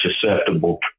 susceptible